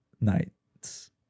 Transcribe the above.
nights